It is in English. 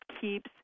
keeps